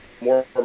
more